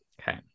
Okay